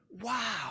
Wow